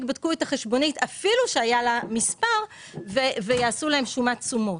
בדקו את החשבונית אפילו שהיה לה מספר ויעשו לה שומת תשומות.